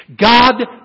God